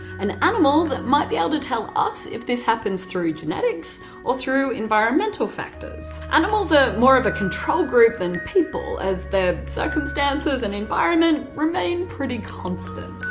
and animals might be able to tell us if this happens through genetics or through environmental factors. animals are more of a control group than people as their circumstances and environment remain pretty constant,